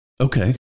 Okay